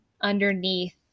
underneath